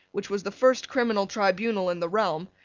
which was the first criminal tribunal in the realm,